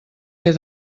fer